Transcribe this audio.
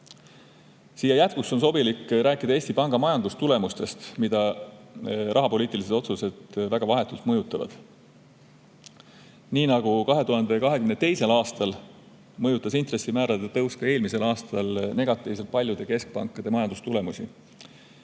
Siia jätkuks on sobilik rääkida Eesti Panga majandustulemustest, mida rahapoliitilised otsused vahetult mõjutavad. Nii nagu 2022. aastal nii ka eelmisel aastal mõjutas intressimäärade tõus negatiivselt paljude keskpankade majandustulemusi.